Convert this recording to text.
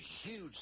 huge